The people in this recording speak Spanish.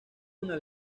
una